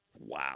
Wow